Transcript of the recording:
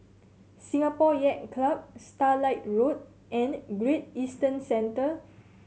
Singapore Yacht Club Starlight Road and Great Eastern Centre